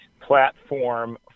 platform